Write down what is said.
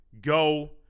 go